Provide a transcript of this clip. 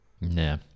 Nah